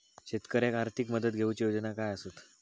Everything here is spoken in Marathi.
शेतकऱ्याक आर्थिक मदत देऊची योजना काय आसत?